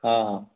हाँ हाँ